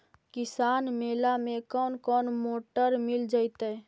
किसान मेला में कोन कोन मोटर मिल जैतै?